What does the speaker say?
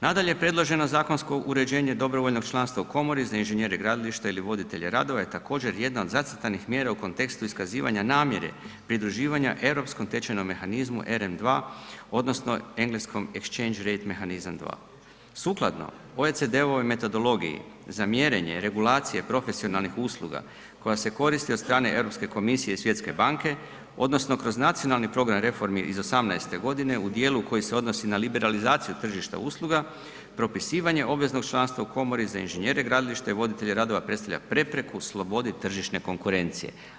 Nadalje, predloženo zakonsko uređenje dobrovoljnog članstva u komori za inženjere gradilišta ili voditelje radova je također jedna od zacrtanih mjera u kontekstu iskazivanja namjere pridruživanja europskom tečajnom mehanizmu ERM2 odnosno engleskom … [[Govornik se ne razumije]] mehanizam 2. Sukladno OECD-ovom metodologiji za mjerenje regulacije profesionalnih usluga koja se koristi od strane Europske komisije i Svjetske banke odnosno kroz nacionalni program reformi iz '18.g. u dijelu koji se odnosi na liberalizaciju tržišta usluga, propisivanje obveznog članstva u komori za inženjere gradilišta i voditelje radova, predstavlja prepreku slobodi tržišne konkurencije.